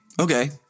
okay